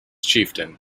chieftain